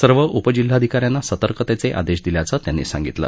सर्व उपजिल्हाधिका यांना सतर्कतेचे आदेश दिल्याचं त्यांनी सांगितलं